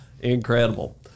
Incredible